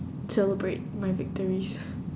celebrate my victories